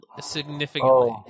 significantly